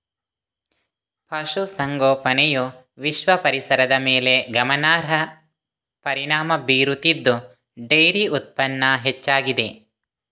ಪಶು ಸಂಗೋಪನೆಯು ವಿಶ್ವ ಪರಿಸರದ ಮೇಲೆ ಗಮನಾರ್ಹ ಪರಿಣಾಮ ಬೀರುತ್ತಿದ್ದು ಡೈರಿ ಉತ್ಪನ್ನ ಹೆಚ್ಚಾಗಿದೆ